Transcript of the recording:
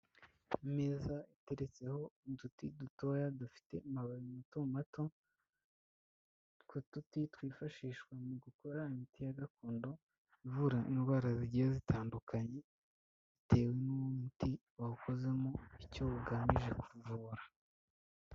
Imeza iteretseho uduti dutoya dufite amababi mato mato utwo duti twifashishwa mu gukora imiti ya gakondo ivura indwara zigiye zitandukanye bitewe n'umuti wawukozemo icyo ugamije kuvura.